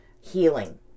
healing